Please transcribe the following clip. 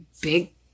big